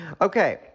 Okay